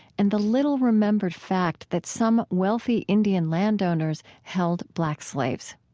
and the little-remembered fact that some wealthy indian landowners held black slaves.